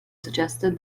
suggested